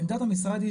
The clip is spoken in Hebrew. עמדת המשרד היא